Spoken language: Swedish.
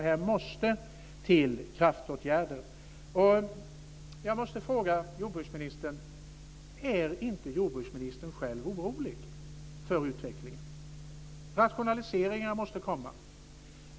Här måste till kraftåtgärder. Jag måste fråga jordbruksministern om hon inte själv är orolig för utvecklingen. Rationaliseringar måste komma.